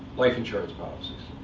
life insurance policies.